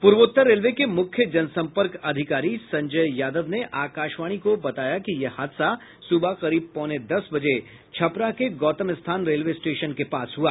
पूर्वोत्तर रेलवे के मुख्य जनसंपर्क अधिकारी संजय यादव ने आकाशवाणी को बताया कि यह हादसा सुबह करीब पौने दस बजे छपरा के गौतमस्थान रेलवे स्टेशन के पास हुआ